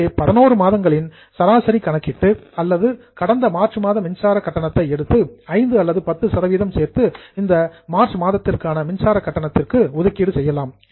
எனவே 11 மாதங்களின் ஆவரேஜ் சராசரி கணக்கிட்டு அல்லது கடந்த மார்ச் மாத மின்சார கட்டணத்தை எடுத்து 5 அல்லது 10 சதவீதத்தை சேர்த்து இந்த மார்ச் மாதத்திற்கான மின்சார கட்டணத்திற்கு ஒதுக்கீடு செய்யலாம்